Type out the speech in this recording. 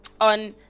on